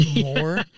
more